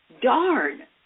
darn